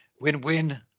win-win